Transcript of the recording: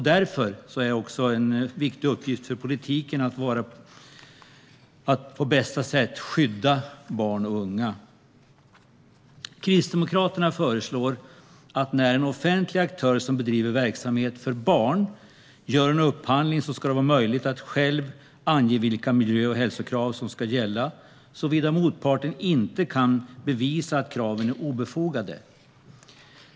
Därför är det en viktig uppgift för politiken att på bästa sätt skydda barn och unga. Kristdemokraterna föreslår att när en offentlig aktör som bedriver verksamhet för barn gör en upphandling ska det vara möjligt för aktören själv att ange vilka miljö och hälsokrav som ska gälla, såvida motparten inte kan bevisa att kraven är obefogade.